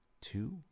two